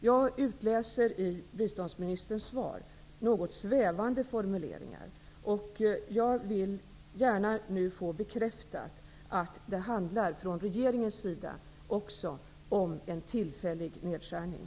Jag finner i biståndsministerns svar något svävande formuleringar, och jag vill gärna nu få bekräftat från den borgerliga regeringens sida att det också för den handlar om en tillfällig nedskärning.